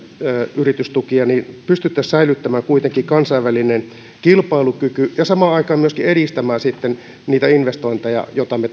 yritystukia pystyttäisiin kuitenkin säilyttämään kansainvälinen kilpailukyky ja samaan aikaan myöskin edistämään niitä investointeja joita me